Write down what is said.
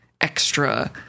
extra